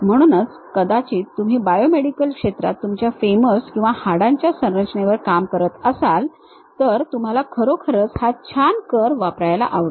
म्हणूनच कदाचित तुम्ही बायोमेडिकल क्षेत्रात तुमच्या फेमर्स किंवा हाडांच्या संरचनेवर काम करत असाल तर तुम्हाला खरोखरच हा छान कर्व वापरायला आवडेल